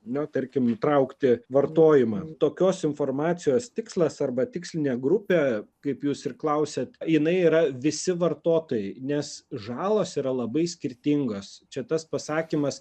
nu tarkim nutraukti vartojimą tokios informacijos tikslas arba tikslinė grupė kaip jūs ir klausiat jinai yra visi vartotojai nes žalos yra labai skirtingos čia tas pasakymas